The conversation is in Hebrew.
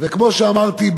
וכמו שאמרתי,